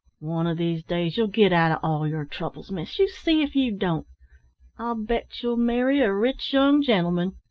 one of these days you'll get out of all your troubles, miss, you see if you don't! i'll bet you'll marry a rich young gentleman.